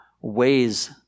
ways